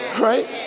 Right